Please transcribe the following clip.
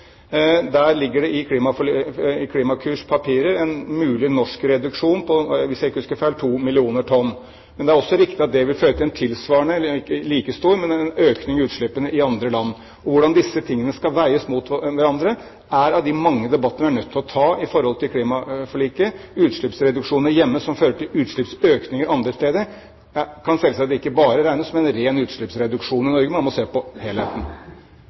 Der ligger det i Klimakurs papirer en mulig norsk reduksjon på – hvis jeg ikke husker feil – 2 millioner tonn. Men det er også riktig at det vil føre til en økning – ikke like stor – i utslippene i andre land. Hvordan dette skal veies mot hverandre, er en av de mange debattene vi er nødt til å ta når det gjelder klimaforliket. Utslippsreduksjoner hjemme som fører til utslippsøkninger andre steder, kan selvsagt ikke bare regnes som en ren utslippsreduksjon i Norge, man må se på helheten.